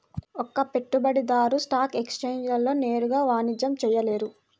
ఒక పెట్టుబడిదారు స్టాక్ ఎక్స్ఛేంజ్లలో నేరుగా వాణిజ్యం చేయలేరు